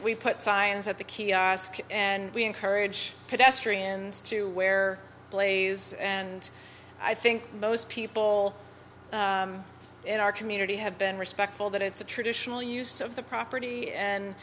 we put science at the kiosk and we encourage pedestrians to wear blaze and i think most people in our community have been respectful that it's a traditional use of the property and